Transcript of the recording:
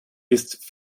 ist